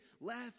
left